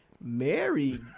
Mary